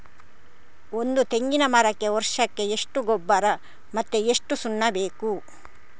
ಒಂದು ತೆಂಗಿನ ಮರಕ್ಕೆ ವರ್ಷಕ್ಕೆ ಎಷ್ಟು ಗೊಬ್ಬರ ಮತ್ತೆ ಎಷ್ಟು ಸುಣ್ಣ ಬೇಕು?